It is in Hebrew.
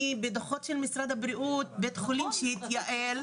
אני בדוחות של משרד הבריאות בית חולים שהתייעל,